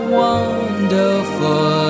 wonderful